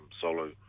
solo